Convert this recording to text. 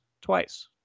twice